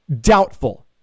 Doubtful